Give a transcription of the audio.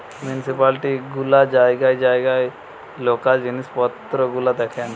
municipality গুলা জায়গায় জায়গায় লোকাল জিনিস পত্র গুলা দেখেন